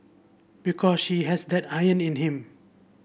because he has that iron in him